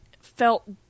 felt